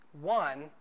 One